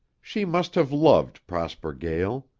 she must have loved prosper gael.